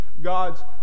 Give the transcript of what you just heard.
God's